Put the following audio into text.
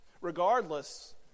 regardless